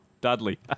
Dudley